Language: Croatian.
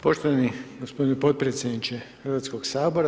Poštovani gospodine potpredsjedniče Hrvatskoga sabora.